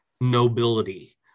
nobility